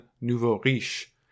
Nouveau-Riche